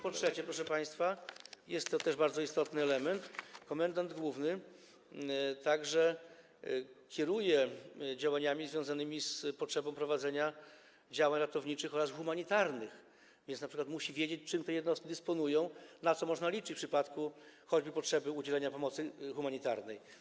Po trzecie, proszę państwa, jest to też bardzo istotny element, komendant główny kieruje się także potrzebą prowadzenia działań ratowniczych oraz humanitarnych, więc np. musi wiedzieć, czym te jednostki dysponują, na co można liczyć choćby w przypadku potrzeby udzielenia pomocy humanitarnej.